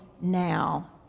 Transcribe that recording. now